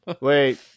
Wait